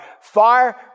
Fire